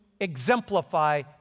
exemplify